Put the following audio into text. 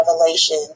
revelation